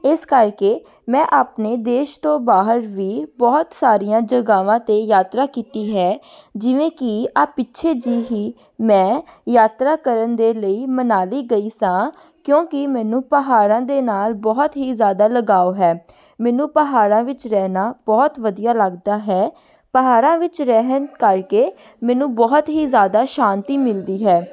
ਇਸ ਕਰਕੇ ਮੈਂ ਆਪਣੇ ਦੇਸ਼ ਤੋਂ ਬਾਹਰ ਵੀ ਬਹੁਤ ਸਾਰੀਆਂ ਜਗ੍ਹਾਵਾਂ 'ਤੇ ਯਾਤਰਾ ਕੀਤੀ ਹੈ ਜਿਵੇਂ ਕਿ ਆਹ ਪਿੱਛੇ ਜਿਹੇ ਹੀ ਮੈਂ ਯਾਤਰਾ ਕਰਨ ਦੇ ਲਈ ਮਨਾਲੀ ਗਈ ਸਾਂ ਕਿਉਂਕਿ ਮੈਨੂੰ ਪਹਾੜਾਂ ਦੇ ਨਾਲ ਬਹੁਤ ਹੀ ਜ਼ਿਆਦਾ ਲਗਾਓ ਹੈ ਮੈਨੂੰ ਪਹਾੜਾਂ ਵਿੱਚ ਰਹਿਣਾ ਬਹੁਤ ਵਧੀਆ ਲੱਗਦਾ ਹੈ ਪਹਾੜਾਂ ਵਿੱਚ ਰਹਿਣ ਕਰਕੇ ਮੈਨੂੰ ਬਹੁਤ ਹੀ ਜ਼ਿਆਦਾ ਸ਼ਾਂਤੀ ਮਿਲਦੀ ਹੈ